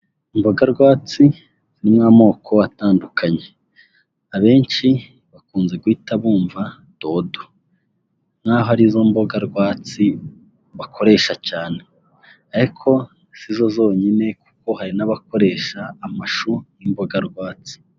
Imbogarwatsi zirimo amoko atandukanye, abenshi bakunze guhita bumva dodo nk'aho arizo mbogarwatsi bakoresha cyane, ariko sizo zonyine kuko hari n'abakoresha amashu nk'imbogarwatsi.